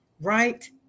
right